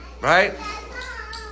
Right